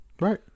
Right